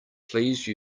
please